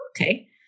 okay